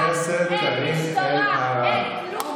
חוץ מזה, עברית אתם יודעים?